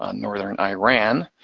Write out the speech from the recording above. ah northern iran,